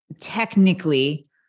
technically